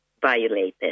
violated